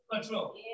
control